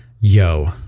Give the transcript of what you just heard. yo